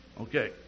Okay